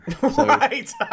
right